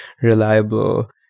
reliable